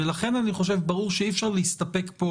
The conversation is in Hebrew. ולכן אני חושב שברור שאי-אפשר להסתפק פה